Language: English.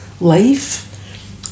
life